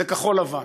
זה כחול-לבן.